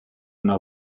una